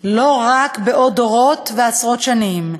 לא רק בעוד דורות ועשרות שנים,